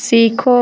सीखो